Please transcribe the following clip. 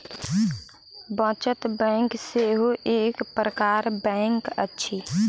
बचत बैंक सेहो एक प्रकारक बैंक अछि